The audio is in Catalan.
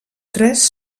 tres